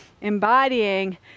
embodying